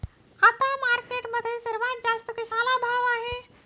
आता मार्केटमध्ये सर्वात जास्त कशाला भाव आहे?